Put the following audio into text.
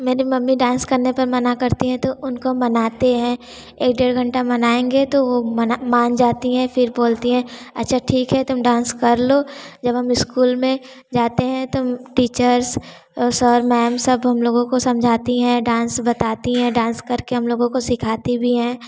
मेरी mummy dance करने पर मना करती है तो उनको मानते हैं एक डेढ़ घंटा मनाएंगे तो वो मना मान जाती है फिर बोलती है अच्छा ठीक है तुम डांस कर लो जब हम स्कूल में जाते हैं तो टीचर्स सर मैम सब हम लोगों को समझाती हैं डांस बताती है डांस करके हम लोगों को सिखाती भी है